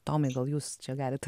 tomai gal jūs čia galit